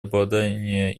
обладание